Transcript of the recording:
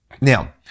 Now